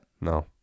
No